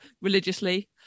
religiously